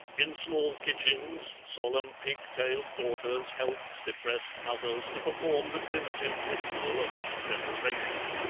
in small kitchens solemn pig-tailed daughters helped depressed mothers to perform the primitive ritual of its preparation.